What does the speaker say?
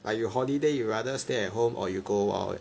like you holiday you rather stay at home or you go wild wild wet